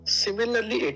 similarly